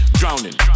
drowning